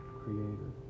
creator